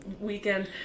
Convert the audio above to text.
weekend